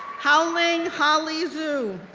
haoling holly zhu,